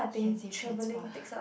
can save transport